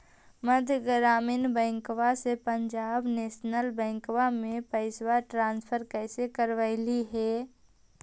मध्य ग्रामीण बैंकवा से पंजाब नेशनल बैंकवा मे पैसवा ट्रांसफर कैसे करवैलीऐ हे?